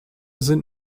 sind